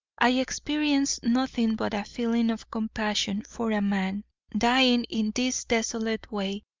i experienced nothing but a feeling of compassion for a man dying in this desolate way,